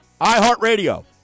iHeartRadio